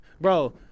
bro